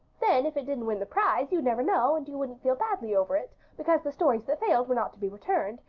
then, if it didn't win the prize, you'd never know and you wouldn't feel badly over it, because the stories that failed were not to be returned,